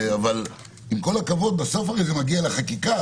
אבל עם כל הכבוד, בסוף זה מגיע לחקיקה.